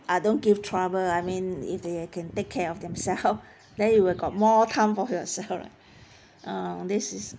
ah don't give trouble I mean if they can take care of themselves then you will got more time for yourself lah ah this is